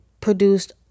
produced